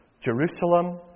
Jerusalem